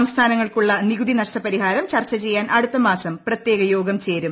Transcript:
സംസ്ഥാനങ്ങൾക്കുള്ള നികുതി നഷ്ടപരിഹാരം ചർച്ച ചെയ്യാൻ അടുത്ത്മാസം പ്രത്യേക യോഗം ചേരും